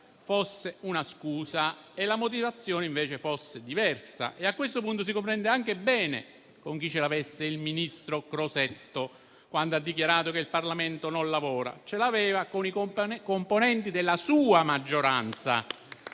fosse una scusa e la motivazione invece fosse diversa e a questo punto si comprende anche bene con chi ce l'avesse il ministro Crosetto quando ha dichiarato che il Parlamento non lavora: ce l'aveva con i componenti della sua maggioranza.